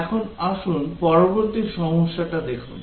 এখন আসুন পরবর্তী সমস্যাটি দেখুন